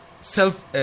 self